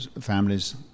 families